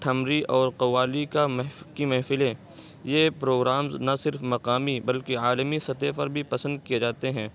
ٹھمری اور قوالی کا کی محفلیں یہ پروگرامز نہ صرق مقافی بلکہ عالمی سطح پر بھی پسند کیے جاتے ہیں